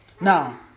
now